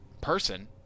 person